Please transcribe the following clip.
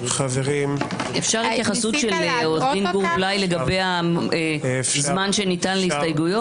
אפשר התייחסות של עו"ד גור בליי לגבי הזמן שניתן להסתייגויות?